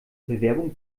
bewerbung